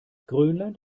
grönland